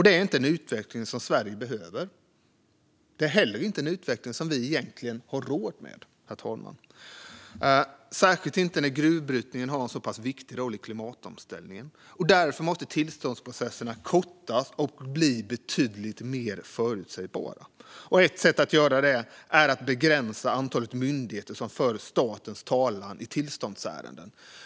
Det är inte en utveckling som Sverige behöver, och det är inte heller en utveckling som vi egentligen har råd med, herr talman, särskilt inte när gruvbrytning har en så pass viktig roll i klimatomställningen. Därför måste tillståndsprocesserna kortas och bli betydligt mer förutsägbara. Ett sätt att åstadkomma detta är att begränsa antalet myndigheter som för statens talan i tillståndsärenden.